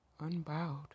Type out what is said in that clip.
unbowed